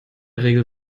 regel